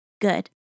good